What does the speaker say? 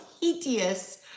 hideous